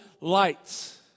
lights